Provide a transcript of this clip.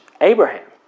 Abraham